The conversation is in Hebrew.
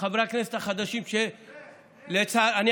חברי הכנסת החדשים, שלצערי, איך?